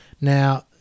Now